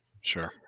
sure